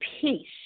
peace